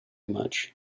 much